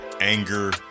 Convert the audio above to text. anger